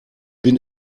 bin